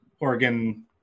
Oregon